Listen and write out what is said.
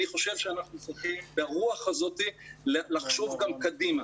אני חושב שאנחנו צריכים ברוח הזאת לחשוב גם קדימה.